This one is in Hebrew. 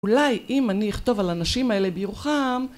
אולי אם אני אכתוב על הנשים האלה בירוחם...